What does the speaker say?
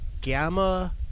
gamma